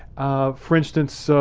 for instance, so